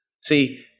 See